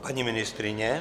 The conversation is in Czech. Paní ministryně?